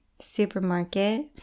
supermarket